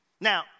Now